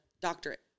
doctorate